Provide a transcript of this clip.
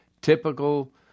typical